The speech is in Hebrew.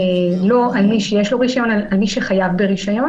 לא על מי שיש לו רישיון אלא על מי שחייב ברישיון.